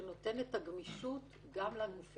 שצריך להיות איזה שיקול דעת,